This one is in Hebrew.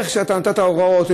איך שאתה נתת הוראות.